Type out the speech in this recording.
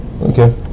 Okay